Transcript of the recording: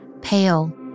pale